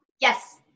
Yes